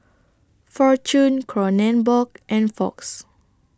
Fortune Kronenbourg and Fox